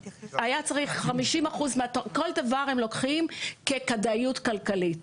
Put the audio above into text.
היה צריך 50% מה כל דבר הם לוקחים כדאיות כלכלית,